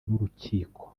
n’urukiko